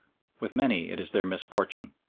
with many it is their misfortune.